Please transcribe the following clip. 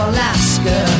Alaska